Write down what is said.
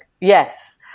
yes